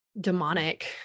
demonic